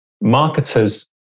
marketers